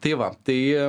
tai va tai